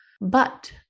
But